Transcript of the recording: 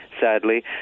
sadly